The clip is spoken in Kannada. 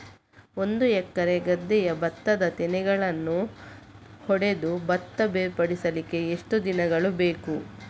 ಒಂದು ಎಕರೆ ಗದ್ದೆಯ ಭತ್ತದ ತೆನೆಗಳನ್ನು ಹೊಡೆದು ಭತ್ತ ಬೇರ್ಪಡಿಸಲಿಕ್ಕೆ ಎಷ್ಟು ದಿನಗಳು ಬೇಕು?